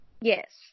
Yes